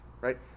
right